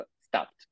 stopped